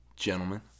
Gentlemen